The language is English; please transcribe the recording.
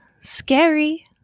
scary